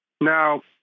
Now